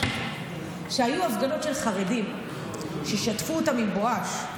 כשהיו הפגנות של חרדים ששטפו אותם עם בואש,